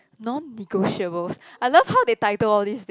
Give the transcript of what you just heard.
non negotiables I love how they title all these things